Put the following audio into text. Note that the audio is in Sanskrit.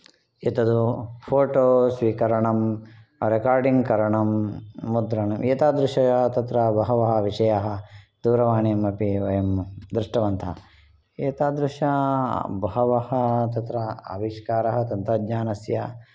एतद् फोटो स्वीकरणं रेकार्डिङ्ग् करणं मुद्रणं एतादृश तत्र बहवः विषयाः दूरवाणीं अपि वयं दृष्टवन्तः एतादृश बहवः तत्र आविष्कारः तन्त्रज्ञानस्य